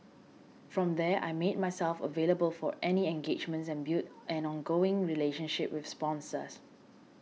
from there I made myself available for any engagements and built an ongoing relationship with sponsors